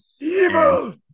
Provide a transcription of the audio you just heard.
Evil